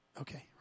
Okay